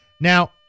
Now